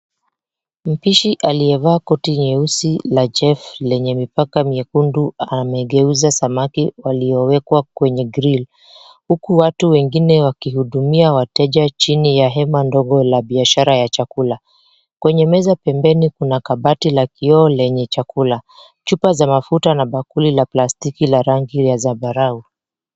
Mpishi aliyevaa koti nyeusi la chef lenye mipaka miekundu amegeuza samaki waliowekwa kwenye grill , huku watu wengine wakihudumia wateja chini ya hema ndogo la biashara ya chakula. Kwenye meza pembeni kuna kabati la kioo lenye chakula, chupa za mafuta na bakuli la plastiki la rangi ya zambarau.